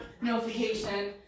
notification